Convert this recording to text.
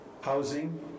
housing